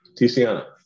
Tiziana